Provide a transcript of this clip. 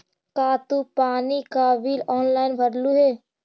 का तू पानी का बिल ऑनलाइन भरलू हे